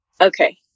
Okay